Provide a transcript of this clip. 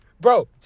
Bro